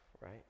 right